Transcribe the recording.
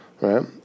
Right